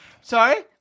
Sorry